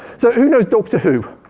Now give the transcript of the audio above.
so who knows doctor who?